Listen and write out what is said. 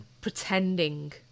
pretending